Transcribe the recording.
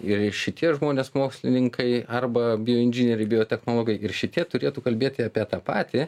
ir šitie žmonės mokslininkai arba bioinžinieriai biotechnologai ir šitie turėtų kalbėti apie tą patį